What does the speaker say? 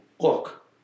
look